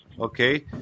Okay